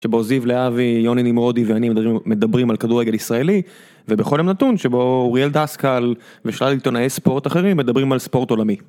שבו זיב לאבי, יוני נמרודי ואני מדברים על כדורגל ישראלי, ובכל יום נתון שבו ריאל דסקל ושלל עיתונאי ספורט אחרים מדברים על ספורט עולמי.